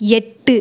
எட்டு